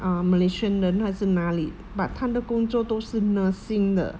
are malaysian 人或者哪里 but 他的工作都是 nursing 的